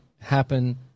happen